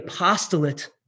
apostolate